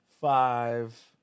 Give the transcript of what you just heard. five